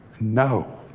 No